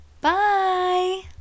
Bye